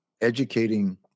educating